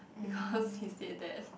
because he said that